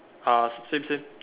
ah s~ same same